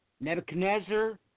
Nebuchadnezzar